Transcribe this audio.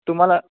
तुम्हाला